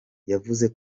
yavuze